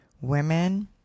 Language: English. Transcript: women